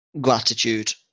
Gratitude